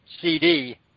CD